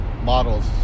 model's